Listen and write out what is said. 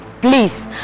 Please